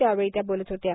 त्यावेळी त्या बोलत होत्या